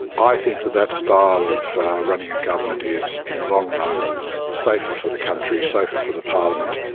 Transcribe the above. i think that that style of running a government is in the long run safer for the country, safer for the parliament,